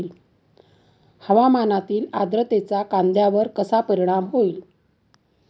हवामानातील आर्द्रतेचा कांद्यावर कसा परिणाम होईल?